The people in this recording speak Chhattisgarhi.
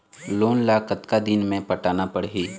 लोन ला कतका दिन मे पटाना पड़ही?